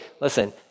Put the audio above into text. listen